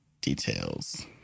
details